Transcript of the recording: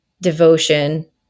devotion